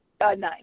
Nine